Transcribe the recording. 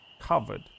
covered